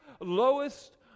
lowest